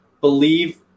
believe